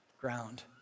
ground